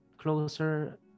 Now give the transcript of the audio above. Closer